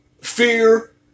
fear